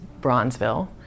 Bronzeville